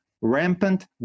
rampant